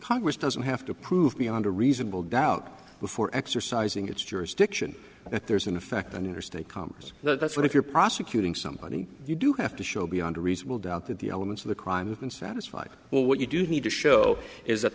congress doesn't have to prove beyond a reasonable doubt before exercising its jurisdiction that there's an effect on interstate commerce that's what if you're prosecuting somebody you do have to show beyond a reasonable doubt that the elements of the crime and satisfied well what you do need to show is that